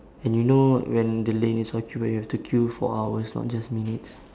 and you know when the lane is occupied you have to queue for hours not just minutes